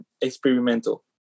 experimental